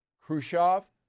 Khrushchev